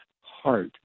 heart